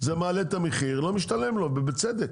זה מעלה את המחיר לא משתלם לו ובצדק,